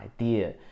idea